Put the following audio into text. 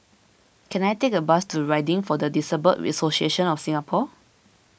can I take a bus to Riding for the Disabled Association of Singapore